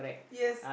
yes